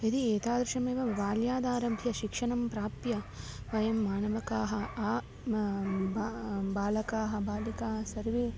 यदि एतादृशमेव बाल्यादारभ्य शिक्षणं प्राप्य वयं मानवाः आ बालकाः बालिकाः सर्वे